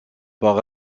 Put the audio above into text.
par